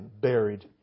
buried